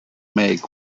make